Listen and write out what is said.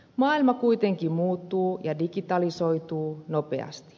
maailma kuitenkin muuttuu ja digitalisoituu nopeasti